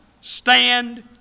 stand